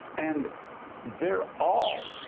and they're all,